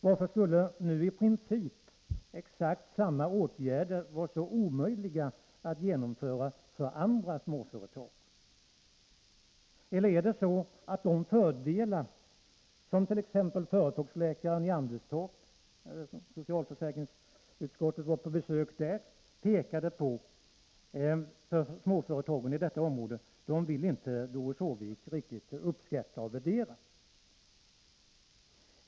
Varför skulle i princip exakt samma åtgärder nu vara så omöjliga att genomföra när det gäller andra småföretag? Eller är det så att Doris Håvik inte vill uppskatta och värdera de fördelar som t.ex. företagsläkaren i Anderstorp - socialförsäkringsutskottet var ju på besök där — pekade på när det gällde småföretagen i detta område?